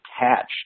attached